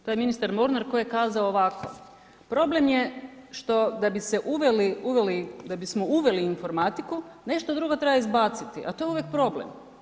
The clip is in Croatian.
To je ministar Mornar koji je kazao ovako: „Problem je što da bismo uveli u informatiku nešto drugo treba izbacit a to je uvijek problem.